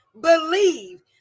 Believe